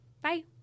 bye